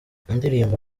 indirimbo